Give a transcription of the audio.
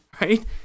right